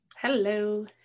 Hello